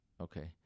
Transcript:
Okay